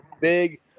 big